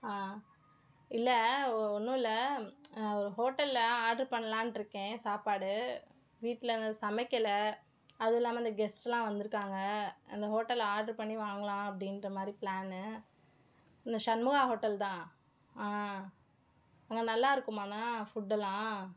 ஆ இல்லை ஒன்றும் இல்லை ஒரு ஹோட்டலில் ஆட்ரு பண்ணலான்ருக்கேன் சாப்பாடு வீட்டில் சமைக்கலை அதுவும் இல்லாமல் இந்த கெஸ்ட்டலாம் வந்துருக்காங்க இந்த ஹோட்டலில் ஆட்ரு பண்ணி வாங்கிகலாம் அப்படின்ற மாதிரி ப்ளான்னு இந்த சண்முகா ஹோட்டல் தான் ஆ அங்கே நல்லாயிருக்குமாண்ணா ஃபுட்டெல்லாம்